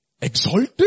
Exalted